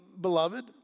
beloved